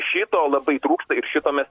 šito labai trūksta ir šito mes